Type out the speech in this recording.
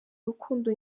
urukundo